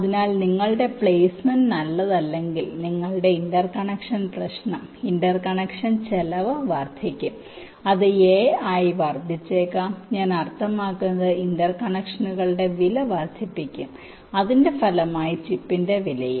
അതിനാൽ നിങ്ങളുടെ പ്ലെയ്സ്മെന്റ് നല്ലതല്ലെങ്കിൽ നിങ്ങളുടെ ഇന്റർകണക്ഷൻ പ്രശ്നം ഇന്റർകണക്ഷൻ ചെലവ് വർദ്ധിക്കും അത് എ ആയി വർദ്ധിച്ചേക്കാം ഞാൻ അർത്ഥമാക്കുന്നത് ഇന്റർ കണക്ഷനുകളുടെ വില വർദ്ധിപ്പിക്കും അതിന്റെ ഫലമായി ചിപ്പിന്റെ വിലയും